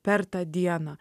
per tą dieną